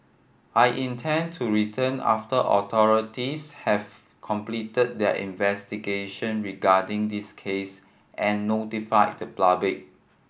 I intend to return after authorities have completed their investigation regarding this case and notified the public